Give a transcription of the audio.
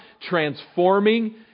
transforming